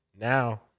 Now